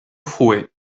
frue